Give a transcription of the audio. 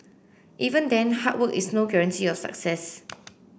even then hard work is no guarantee of success